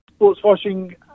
Sportswashing